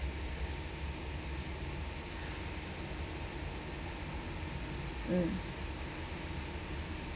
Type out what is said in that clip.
mm